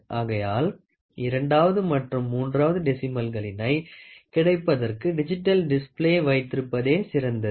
ஆகையால் இரண்டாவது மற்றும் மூன்றாவது டெசிமல்களினை கிடைப்பதற்கு டிஜிட்டல் டிஸ்ப்ளே வைத்திருப்பதே சிறந்தது